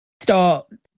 start